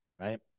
right